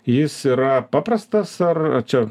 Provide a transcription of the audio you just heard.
jis yra paprastas ar ar čia